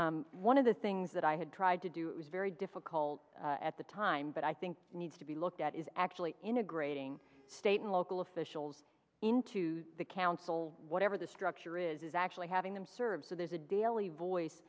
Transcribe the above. one of the things that i had tried to do was very difficult at the time but i think needs to be looked at is actually integrating state and local officials into the council whatever the structure is actually having them serve so there's a daily